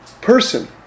person